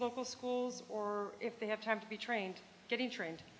local schools or if they have time to be trained getting trained